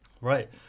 Right